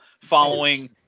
following